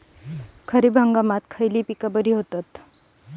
खरीप हंगामात खयली पीका बरी होतत?